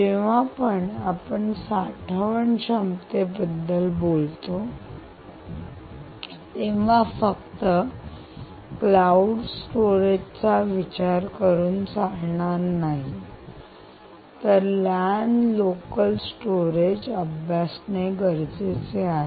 जेव्हापण साठवण क्षमतेबद्दल बोलतो तेव्हा फक्त क्लाऊड स्टोरेजचा विचार करून चालणार नाही तर LAN लोकल स्टोरेज अभ्यासणे गरजेचे आहे